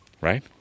right